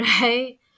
right